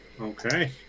Okay